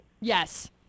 Yes